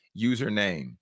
username